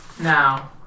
Now